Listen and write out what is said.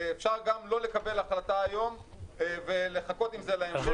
אפשר גם לא לקבל החלטה היום ולחכות עם זה להמשך.